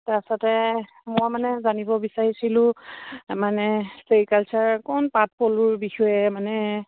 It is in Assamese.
তাৰপিছতে মই মানে জানিব বিচাৰিছিলোঁ মানে ছেৰিকালচাৰ অকণ পাট পলুৰ বিষয়ে মানে